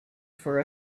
for